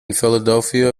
philadelphia